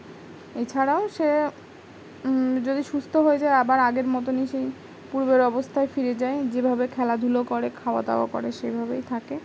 এছাড়াও সে যদি সুস্থ হয়ে যায় আবার আগের মতোনই সেই পূর্বের অবস্থায় ফিরে যায় যেভাবে খেলাধুলো করে খাওয়া দাওয়া করে সেভাবেই থাকে